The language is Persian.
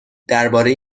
درباره